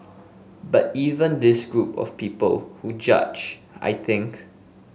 but even this group of people who judge I think